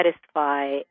satisfy